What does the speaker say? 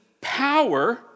power